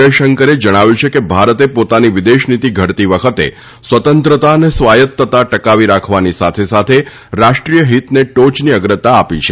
જયશંકરે જણાવ્યું છે કે ભારતે પોતાની વિદેશ નીતી ઘડતી વખતે સ્વતંત્રતા અને સ્વાયતતા ટકાવી રાખવાની સાથે સાથે રાષ્ટ્રીય હિતને ટોચની અગ્રતા આપી છે